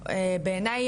בעיניי,